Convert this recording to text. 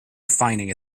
defining